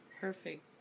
Perfect